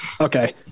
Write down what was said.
okay